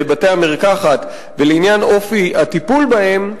בבתי-המרקחת ולעניין אופי הטיפול בהם,